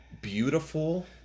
beautiful